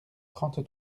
trente